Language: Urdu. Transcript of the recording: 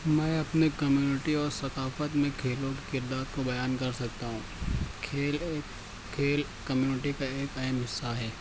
میں اپنے کمیونٹی اور ثقافت میں کھیلوں کے کردار کو بیان کرسکتا ہوں کھیل ایک کھیل کمیونٹی کا ایک اہم حصہ ہے